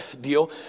deal